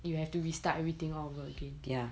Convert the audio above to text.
if you have to restart everything all over again